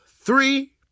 three